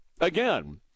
Again